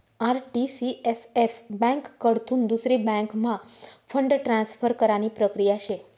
RTCSF ब्यांककडथून दुसरी बँकम्हा फंड ट्रान्सफर करानी प्रक्रिया शे